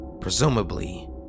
presumably